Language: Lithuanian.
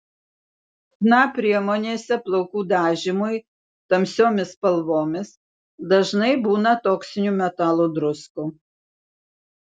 chna priemonėse plaukų dažymui tamsiomis spalvomis dažnai būna toksinių metalų druskų